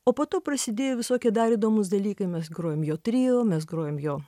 o po to prasidėjo visokie dar įdomūs dalykai mes grojom jo trio mes grojom jo